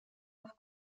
auf